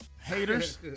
Haters